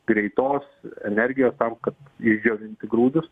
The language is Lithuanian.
greitos energijos tam kad išdžiovinti grūdus